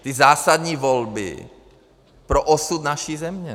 Ty zásadní volby pro osud naší země.